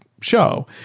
show